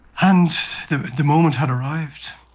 and the the moment had arrived.